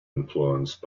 influenced